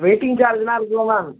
waiting சார்ஜுலாம் இருக்குல்ல ma'am